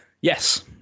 Yes